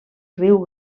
riu